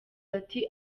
ati